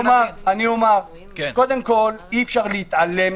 קודם כל, אי-אפשר להתעלם